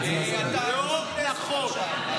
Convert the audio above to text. אתה יושב-ראש הכנסת עכשיו,